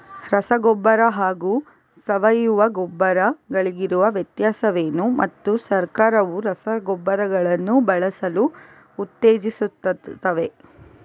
ರಸಗೊಬ್ಬರ ಹಾಗೂ ಸಾವಯವ ಗೊಬ್ಬರ ಗಳಿಗಿರುವ ವ್ಯತ್ಯಾಸವೇನು ಮತ್ತು ಸರ್ಕಾರವು ರಸಗೊಬ್ಬರಗಳನ್ನು ಬಳಸಲು ಉತ್ತೇಜಿಸುತ್ತೆವೆಯೇ?